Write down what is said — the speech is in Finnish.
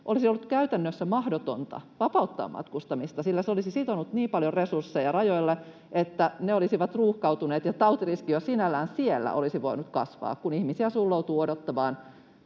olisi ollut käytännössä mahdotonta vapauttaa matkustamista, sillä se olisi sitonut niin paljon resursseja rajoille, että ne olisivat ruuhkautuneet ja tautiriski jo sinällään siellä olisi voinut kasvaa, kun ihmisiä sulloutuu odottamaan,